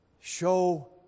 show